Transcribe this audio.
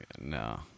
No